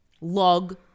Log